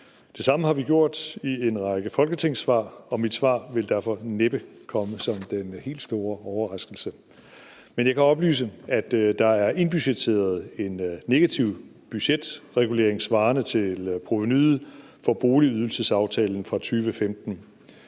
Det samme har vi gjort i en række folketingssvar, og mit svar vil derfor næppe komme som den helt store overraskelse. Men jeg kan oplyse, at der er indbudgetteret en negativ budgetregulering svarende til provenuet for boligydelsesaftalen fra 2015.